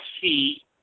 see